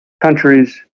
countries